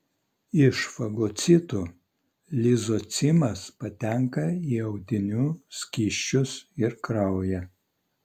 iš fagocitų lizocimas patenka į audinių skysčius ir kraują